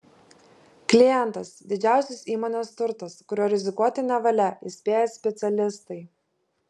klientas didžiausias įmonės turtas kuriuo rizikuoti nevalia įspėja specialistai